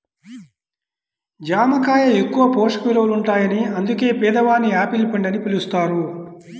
జామ కాయ ఎక్కువ పోషక విలువలుంటాయని అందుకే పేదవాని యాపిల్ పండు అని పిలుస్తారు